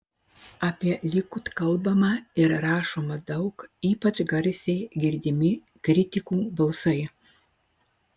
apie likud kalbama ir rašoma daug ypač garsiai girdimi kritikų balsai